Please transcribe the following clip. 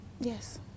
Yes